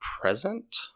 present